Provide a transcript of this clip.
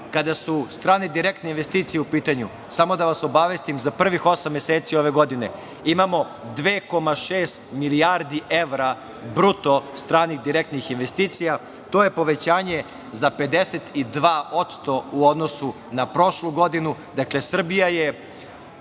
kada su strane direktne investicije u pitanju, samo da vas obavestim za prvih osam meseci ove godine imamo 2,6 milijardi evra bruto stranih direktnih investicija. To je povećanje za 52% u odnosu na prošlu godinu. Dakle, Srbija je